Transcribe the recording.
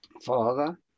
Father